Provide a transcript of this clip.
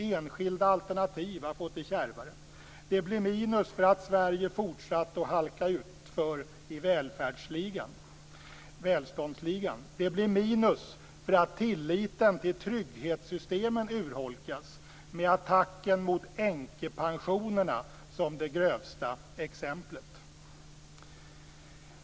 Enskilda alternativ har fått det kärvare. Det blir minus för att Sverige fortsatt att halka utför i välståndsligan. Det blir minus för att tilliten till trygghetssystemen urholkas, med attacken mot änkepensionerna som det grövsta exemplet.